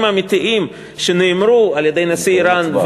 האמיתיים שנאמרו על-ידי נשיא איראן,